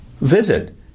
Visit